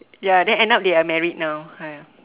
ya then end up they are married now !aiya!